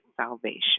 salvation